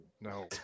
no